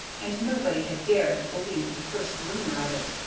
and nobody had dared to believe the first rumor of it,